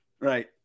Right